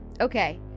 Okay